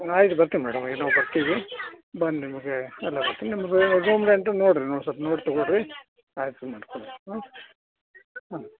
ಆಯ್ತು ಬರ್ತೀನಿ ಮೇಡಮ್ ಏ ನಾವು ಬರ್ತೀವಿ ಬಂದು ನಿಮಗೆ ಎಲ್ಲ ಹೇಳ್ತೀನಿ ನಿಮ್ಮದು ರೂಮ್ ರೆಂಟು ನೋಡಿರಿ ನೋಡಿ ಸ್ವಲ್ಪ ನೋಡಿ ತೊಗೋ ರೀ ಐತೆ ರೀ ಮೇಡಮ್ ಹ್ಞೂ ಹಾಂ